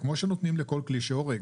כמו שנותנים לכל כלי שהורג.